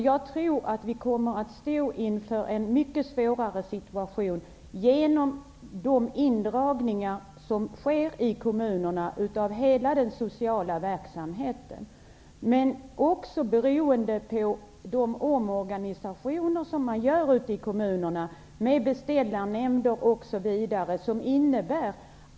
Jag tror att vi kommer att stå inför en mycket svårare situation på grund av de indragningar som sker i kommunerna av hela den sociala verksamheten och de omorganisationer som man gör ute i kommunerna med bl.a. beställda nämnder.